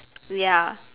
ya